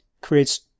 creates